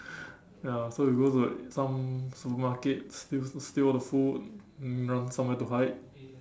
ya so we go to like some supermarket steal steal all the food then run somewhere to hide